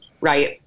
right